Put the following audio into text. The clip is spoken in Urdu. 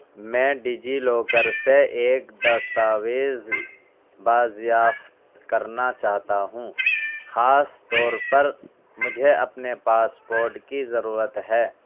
میں ڈیجی لاکر سے ایک دستاویز بازیافت کرنا چاہتا ہوں خاص طور پر مجھے اپنے پاسپورٹ کی ضرورت ہے